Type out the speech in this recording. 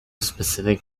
specific